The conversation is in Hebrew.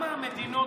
כמה מדינות,